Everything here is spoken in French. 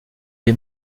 est